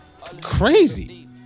crazy